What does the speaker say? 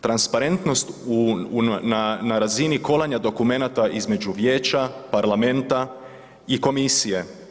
Transparentnost na razini kolanja dokumenata između vijeća, parlamenta i komisije.